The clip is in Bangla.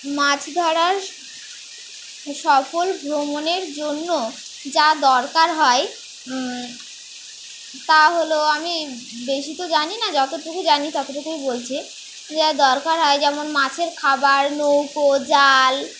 মাছ ধরার সফল ভ্রমণের জন্য যা দরকার হয় তা হলো আমি বেশি তো জানি না যতটুকু জানি ততটুকুই বলছি যা দরকার হয় যেমন মাছের খাবার নৌকো জাল